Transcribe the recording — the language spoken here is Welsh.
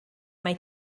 mae